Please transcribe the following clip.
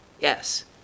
Yes